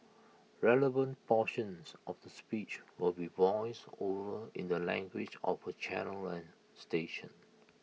relevant portions of the speech will be voiced over in the language of the channel and station